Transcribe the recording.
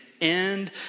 end